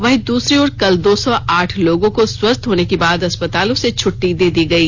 वहीं दूसरी ओर कल दो सौ आठ लोगों को स्वस्थ होने के बाद अस्पतालों से छुट्टी दे दी गई